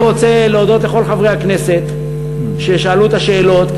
אני רוצה להודות לכל חברי הכנסת ששאלו את השאלות,